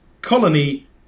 colony